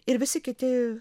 ir visi kiti